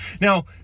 Now